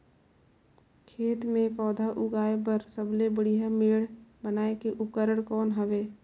खेत मे पौधा उगाया बर सबले बढ़िया मेड़ बनाय के उपकरण कौन हवे?